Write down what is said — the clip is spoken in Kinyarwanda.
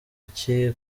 iki